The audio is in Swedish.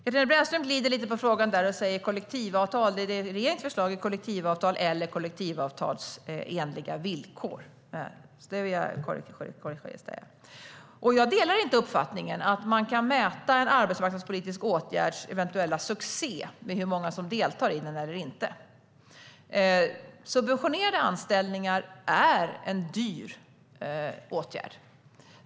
Katarina Brännström glider lite på frågan och undrar om regeringens förslag är kollektivavtal eller kollektivavtalsenliga villkor. Jag delar inte uppfattningen att man kan mäta en arbetsmarknadspolitiks åtgärds eventuella succé med hur många som deltar i den eller inte. Subventionerade anställningar är en dyr åtgärd.